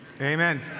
Amen